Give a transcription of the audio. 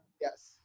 Yes